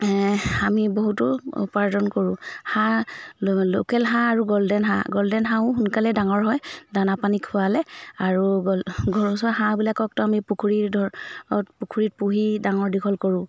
আমি বহুতো উপাৰ্জন কৰোঁ হাঁহ লোকেল হাঁহ আৰু গ'ল্ডেন হাঁহ গ'ল্ডেন হাঁহো সোনকালে ডাঙৰ হয় দানা পানী খোৱালে আৰু ঘৰচুৱা হাঁহবিলাককতো আমি পুখুৰীৰ ধ পুখুৰীত পুহি ডাঙৰ দীঘল কৰোঁ